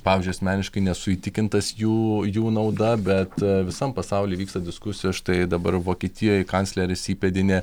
pavyzdžiui asmeniškai nesu įtikintas jų jų nauda bet visam pasauly vyksta diskusijos štai dabar vokietijoje kancleris įpėdinė